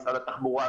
משרד התחבורה,